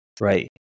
right